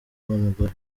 umugore